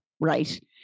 Right